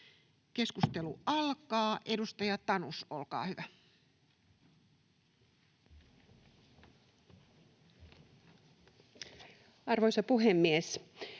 Keskustelu alkaa. Edustaja Tanus, olkaa hyvä. [Speech